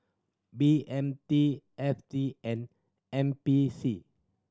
B M T F T and N P C